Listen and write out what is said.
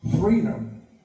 Freedom